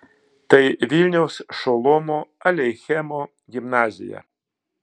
tai vilniaus šolomo aleichemo gimnazija